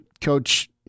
Coach